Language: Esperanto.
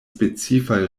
specifaj